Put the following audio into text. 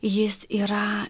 jis yra